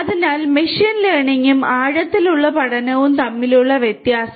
അതിനാൽ മെഷീൻ ലേണിംഗും ആഴത്തിലുള്ള പഠനവും തമ്മിലുള്ള വ്യത്യാസം